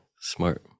smart